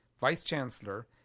Vice-Chancellor